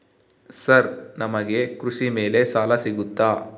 Sir ನಮಗೆ ಕೃಷಿ ಮೇಲೆ ಸಾಲ ಸಿಗುತ್ತಾ?